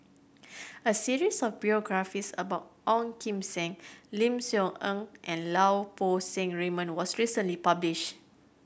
a series of biographies about Ong Kim Seng Lim Soo Ngee and Lau Poo Seng Raymond was recently publish